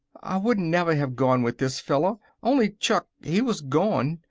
i wouldn't never have gone with this fella, only chuck, he was gone.